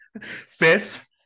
Fifth